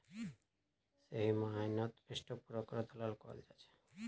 सही मायनेत स्टाक ब्रोकरक दलाल कहाल जा छे